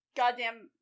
goddamn